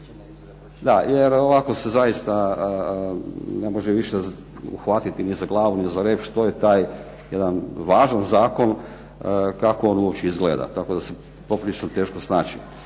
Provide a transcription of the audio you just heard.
Da. Jer ovako se zaista ne može više uhvatiti ni za glavu, ni za rep, što je taj jedan važan zakon, kako on uopće izgleda. Tako da se poprilično teško snaći.